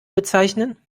bezeichnen